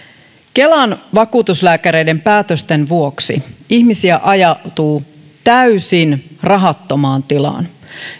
kelan vakuutuslääkäreiden päätösten vuoksi ihmisiä ajautuu täysin rahattomaan tilaan